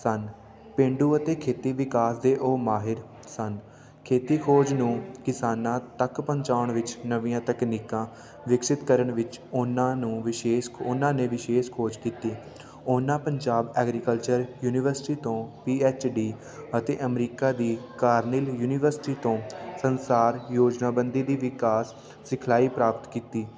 ਸਨ ਪੇਂਡੂ ਅਤੇ ਖੇਤੀ ਵਿਕਾਸ ਦੇ ਉਹ ਮਾਹਰ ਸਨ ਖੇਤੀ ਖੋਜ ਨੂੰ ਕਿਸਾਨਾਂ ਤੱਕ ਪਹੁੰਚਾਉਣ ਵਿੱਚ ਨਵੀਆਂ ਤਕਨੀਕਾਂ ਵਿਕਸਿਤ ਕਰਨ ਵਿੱਚ ਉਹਨਾਂ ਨੂੰ ਵਿਸ਼ੇਸ਼ ਉਹਨਾਂ ਨੇ ਵਿਸ਼ੇਸ਼ ਖੋਜ ਕੀਤੀ ਉਹਨਾਂ ਪੰਜਾਬ ਐਗਰੀਕਲਚਰ ਯੂਨੀਵਰਸਿਟੀ ਤੋਂ ਪੀ ਐੱਚ ਡੀ ਅਤੇ ਅਮਰੀਕਾ ਦੀ ਕਾਰਨੀਲ ਯੂਨੀਵਰਸਿਟੀ ਤੋਂ ਸੰਸਾਰ ਯੋਜਨਾਬੰਦੀ ਦੀ ਵਿਕਾਸ ਸਿਖਲਾਈ ਪ੍ਰਾਪਤ ਕੀਤੀ